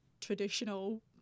traditional